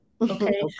okay